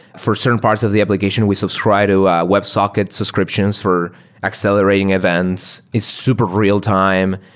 for certain parts of the application, we subscribed to websocket subscriptions for accelerating events. it's super real-time,